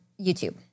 YouTube